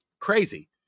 Crazy